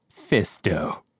Fisto